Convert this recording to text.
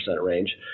range